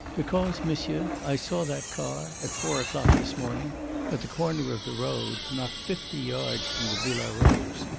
because, monsieur, i saw that car at four o'clock this morning at the corner of the road not fifty yards from the villa rose.